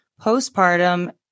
postpartum